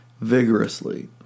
vigorously